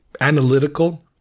analytical